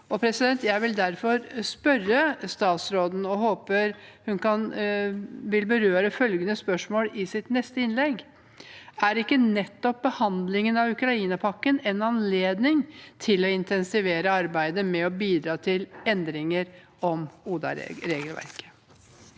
Ukraina. Jeg vil derfor spørre statsråden – og håper hun vil berøre følgende spørsmål i sitt neste innlegg: Er ikke nettopp behandlingen av Ukrainapakken en anledning til å intensivere arbeidet med å bidra til endringer i ODA-regelverket?